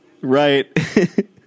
Right